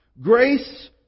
Grace